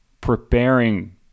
preparing